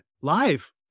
Live